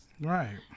Right